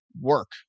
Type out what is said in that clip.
work